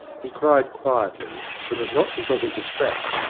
he cried quietly, but it was not because of the strap.